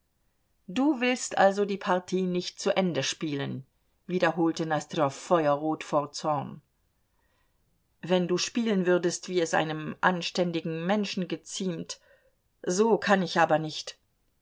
du willst also die partie nicht zu ende spielen wiederholte nosdrjow feuerrot vor zorn wenn du spielen würdest wie es einem anständigen menschen geziemt so kann ich aber nicht